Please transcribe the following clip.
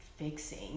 Fixing